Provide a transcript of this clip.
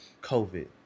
COVID